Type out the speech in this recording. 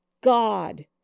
God